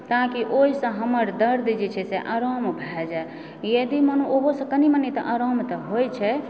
ताकि ओहिसँ हमर दर्द जे छै से आराम भए जाइत यदि मन ओहोसंँ कनी मनि तऽ आराम तऽ होइत छै